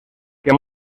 que